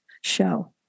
show